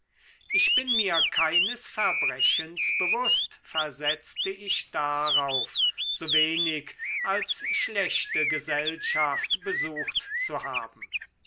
ich bin mir keines verbrechens bewußt versetzte ich darauf so wenig als schlechte gesellschaft besucht zu haben